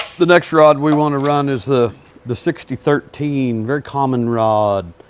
the next rod we want to run is the the sixty thirteen. very common rod,